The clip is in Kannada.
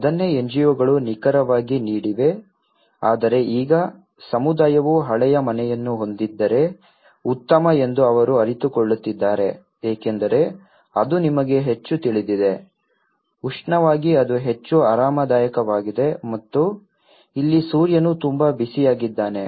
ಅದನ್ನೇ ಎನ್ಜಿಒಗಳು ನಿಖರವಾಗಿ ನೀಡಿವೆ ಆದರೆ ಈಗ ಸಮುದಾಯವು ಹಳೆಯ ಮನೆಯನ್ನು ಹೊಂದಿದ್ದರೆ ಉತ್ತಮ ಎಂದು ಅವರು ಅರಿತುಕೊಳ್ಳುತ್ತಿದ್ದಾರೆ ಏಕೆಂದರೆ ಅದು ನಿಮಗೆ ಹೆಚ್ಚು ತಿಳಿದಿದೆ ಉಷ್ಣವಾಗಿ ಅದು ಹೆಚ್ಚು ಆರಾಮದಾಯಕವಾಗಿದೆ ಮತ್ತು ಇಲ್ಲಿ ಸೂರ್ಯನು ತುಂಬಾ ಬಿಸಿಯಾಗಿದ್ದಾನೆ